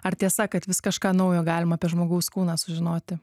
ar tiesa kad vis kažką naujo galima apie žmogaus kūną sužinoti